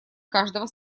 каждого